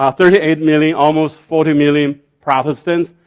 ah thirty eight million almost forty million protestants,